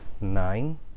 nine